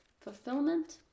fulfillment